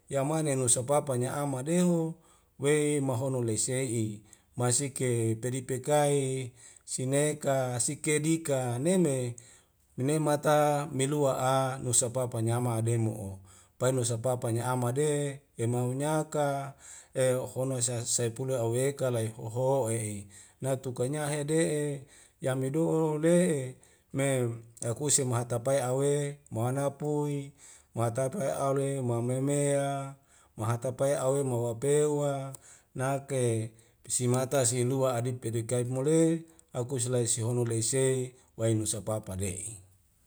Ya mahne nusa papa nya'ama dehu wei mahono lese'i masike pedi peka i sineka sikedika nene mene mata melu'a nasu papa nya'ama edemo'o painusa papa nya'ama de hemahunya ka eo hono sae sae polo a weka lae hoho'e nai tukanya hede'eh yamido'o le'e meum akuse mahatapai awe mahanapui mahatapai aule mahmemea mahatapae awei ma wa peuwa nake pisi mata silua adip pedikait mole akus lai sihono leisei wailusa papade'i